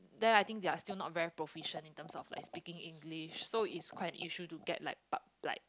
there I think they are still not very proficient in terms of like speaking English so it's quite an issue to get like p~ like